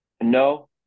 No